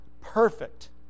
perfect